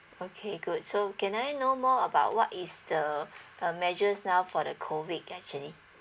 okay good so can I know more about what is the uh measures now for the COVID actually